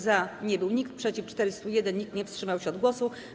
Za nie był nikt, przeciw - 401, nikt nie wstrzymał się od głosu.